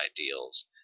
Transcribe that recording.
ideals